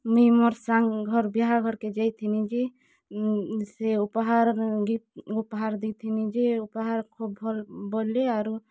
ମୁଇଁ ମୋର୍ ସାଙ୍ଗ୍ ଘର୍ ବିହାଘର୍କେ ଯାଇଥିନିି ଯେ ସେ ଉପହାର୍ ଗିଫ୍ଟ ଉପହାର୍ ଦିଥିନି ଯେ ଉପହାର୍ ଖୋବ୍ ଭଲ୍ ବୋଲ୍ଲେ ଆରୁ